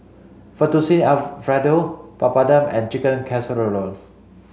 Fettuccine Alfredo Papadum and Chicken Casserole